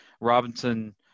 Robinson